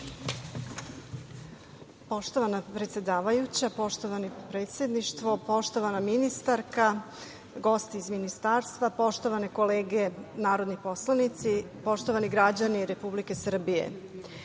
predsedavajuća, poštovano predsedništvo, poštovana ministarka, gosti iz Ministarstva, poštovane kolege narodni poslanici, poštovani građani Republike Srbije,